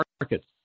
markets